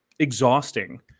exhausting